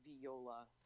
viola